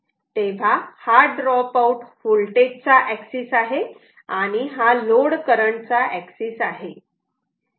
तेव्हा हा drop out voltage चा एक्सिस आहे आणि हा लोड करंट चा एक्सिस आहे